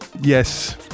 yes